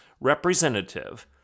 representative